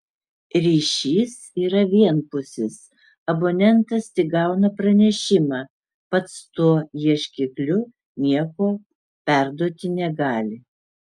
ryšys yra vienpusis abonentas tik gauna pranešimą pats tuo ieškikliu nieko perduoti negali